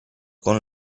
con